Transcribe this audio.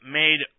made